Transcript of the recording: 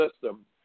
system